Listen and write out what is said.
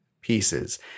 pieces